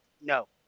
No